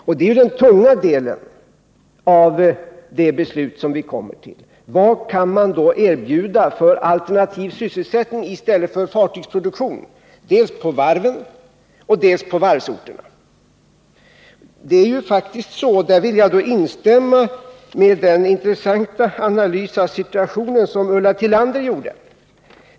Och det är den tunga delen i det beslut som vi kommer till: Vilken alternativ sysselsättning skall man erbjuda i stället för fartygsproduktion dels på varven, dels på varvsorterna? Här vill jag instämma i den intressanta analys av situationen som Ulla Tillander gjorde.